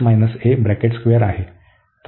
तर आपल्याकडे आहे